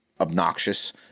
obnoxious